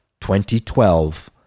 2012